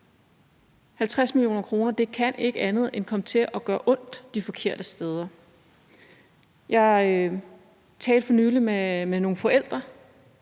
50 mio. kr. kan ikke andet end komme til at gøre ondt de forkerte steder. Jeg talte for nylig med nogle forældre,